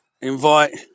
invite